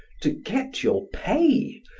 to get your pay?